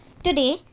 Today